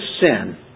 sin